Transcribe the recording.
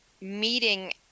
meeting